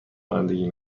رانندگی